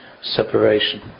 separation